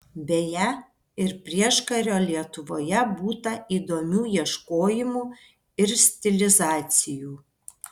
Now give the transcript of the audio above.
beje ir prieškario lietuvoje būta įdomių ieškojimų ir stilizacijų